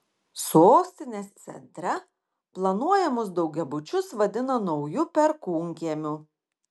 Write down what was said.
sostinės centre planuojamus daugiabučius vadina nauju perkūnkiemiu